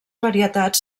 varietats